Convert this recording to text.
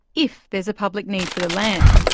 if there's a public need for the land.